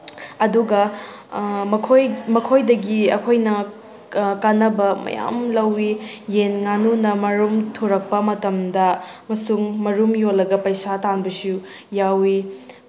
ꯑꯗꯨꯒ ꯃꯈꯣꯏ ꯃꯈꯣꯏꯗꯒꯤ ꯑꯩꯈꯣꯏꯅ ꯀꯥꯟꯅꯕ ꯃꯌꯥꯝ ꯂꯧꯏ ꯌꯦꯟ ꯉꯥꯅꯨꯅ ꯃꯔꯝ ꯊꯨꯔꯛꯄ ꯃꯇꯝꯗ ꯑꯃꯁꯨꯡ ꯃꯔꯨꯝ ꯌꯣꯜꯂꯒ ꯄꯩꯁꯥ ꯇꯥꯟꯕꯁꯨ ꯌꯥꯎꯏ